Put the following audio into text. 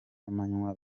amanywa